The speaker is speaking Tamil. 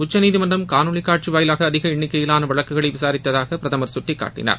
உச்சநீதிமன்றம் காணொளி காட்சி வாயிவாக அதிக எண்ணிக்கயைவான வழக்குகளை விசாரித்ததாக பிரதமர் சுட்டிக்காட்டனார்